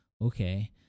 Okay